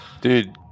Dude